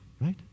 right